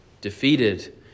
defeated